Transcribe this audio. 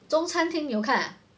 中餐厅你有看啊